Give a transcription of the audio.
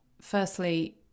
firstly